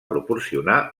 proporcionar